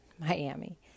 Miami